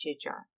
jar